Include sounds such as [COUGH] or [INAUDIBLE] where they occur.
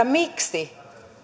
[UNINTELLIGIBLE] miksi